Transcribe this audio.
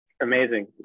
Amazing